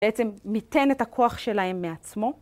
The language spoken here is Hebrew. בעצם ניתן את הכוח שלהם מעצמו.